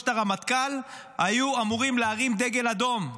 את הרמטכ"ל היו אמורים להרים דגל אדום.